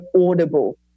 audible